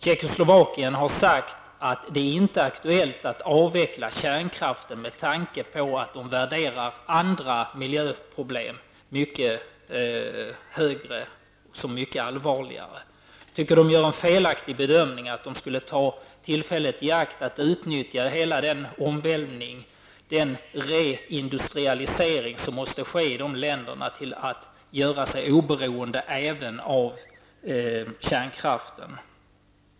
Tjeckoslovakien har sagt att det inte är aktuellt att avveckla kärnkraften med tanke på att man värderar andra miljöproblem mycket högre såsom varande mycket allvarligare. Jag tycker att man gör en felaktig bedömning. I stället borde man ta tillfället i akt att utnyttja hela den omvälvning och den reindustrialisering som måste ske i dessa länder till att göra sig oberoende även av kärnkraften.